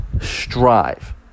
strive